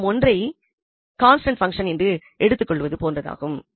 நாம் 1ஐ ஒரு கான்ஸ்டன்ட் பங்சன் என்று எடுத்து செய்தது போன்றதாகும்